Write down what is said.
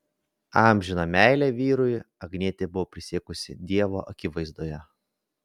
amžiną meilę vyrui agnietė buvo prisiekusi dievo akivaizdoje